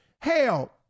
hell